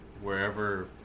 wherever